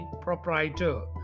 proprietor